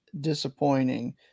disappointing